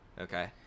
Okay